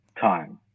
time